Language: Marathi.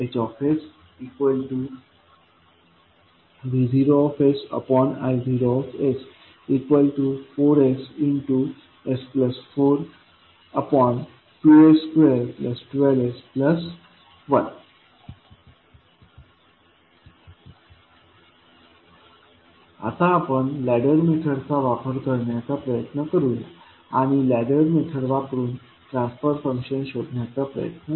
HsV0I0s4s s 42s2 12s 1 आता आपण लॅडर मेथडचा वापर करण्याचा प्रयत्न करूया आणि लॅडर मेथड वापरून ट्रान्सफर फंक्शन शोधण्याचा प्रयत्न करू